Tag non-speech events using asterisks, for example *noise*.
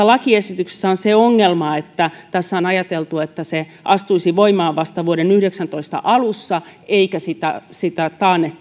*unintelligible* lakiesityksessä on se ongelma että siinä on ajateltu että se astuisi voimaan vasta vuoden yhdeksäntoista alussa eikä sitä sitä